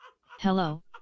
Hello